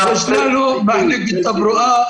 יש לנו מחלקת תברואה.